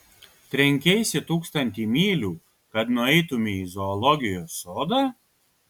trenkeisi tūkstantį mylių kad nueitumei į zoologijos sodą